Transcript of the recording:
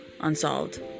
unsolved